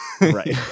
Right